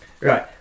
right